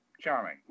charming